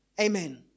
Amen